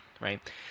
right